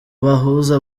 bahuza